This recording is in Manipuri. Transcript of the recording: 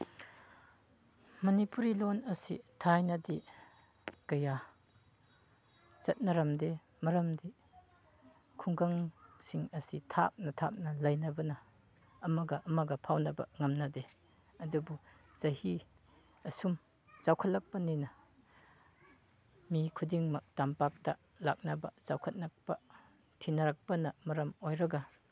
ꯃꯅꯤꯄꯨꯔꯤ ꯂꯣꯟ ꯑꯁꯤ ꯊꯥꯏꯅꯗꯤ ꯀꯌꯥ ꯆꯠꯅꯔꯝꯗꯦ ꯃꯔꯝꯗꯤ ꯈꯨꯡꯒꯪꯁꯤꯡ ꯑꯁꯤ ꯊꯥꯞꯅ ꯊꯥꯞꯅ ꯂꯩꯅꯕꯅ ꯑꯃꯒ ꯑꯃꯒ ꯐꯥꯎꯅꯕ ꯉꯝꯅꯗꯦ ꯑꯗꯨꯕꯨ ꯆꯍꯤ ꯑꯁꯨꯝ ꯆꯥꯎꯈꯠꯂꯛꯄꯅꯤꯅ ꯃꯤ ꯈꯨꯗꯤꯡꯃꯛ ꯇꯝꯄꯥꯛꯇ ꯂꯥꯛꯅꯕ ꯆꯥꯎꯈꯠꯂꯛꯄ ꯊꯤꯅꯔꯛꯄꯅ ꯃꯔꯝ ꯑꯣꯏꯔꯒ